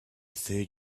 third